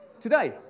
today